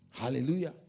Hallelujah